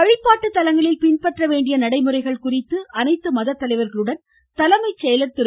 வழிபாட்டு தலங்களில் பின்பற்ற வேண்டிய நடைமுறைகள் குறித்து அனைத்து மத தலைவர்களுடன் தலைமை செயலர் திரு